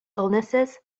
illnesses